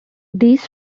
these